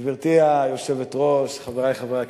גברתי היושבת-ראש, חברי חברי הכנסת,